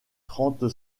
trente